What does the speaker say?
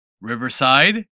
Riverside